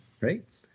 Right